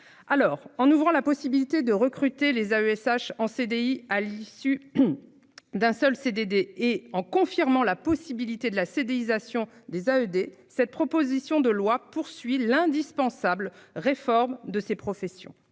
Alors, en ouvrant la possibilité de recruter les AESH en CDI à l'issue. D'un seul CDD et en confirmant la possibilité de la CEDEAO sation des ALD cette proposition de loi, poursuit l'indispensable réforme de ces professions.